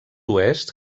oest